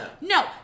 No